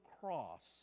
cross